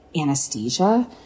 anesthesia